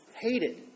hated